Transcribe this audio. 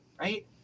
Right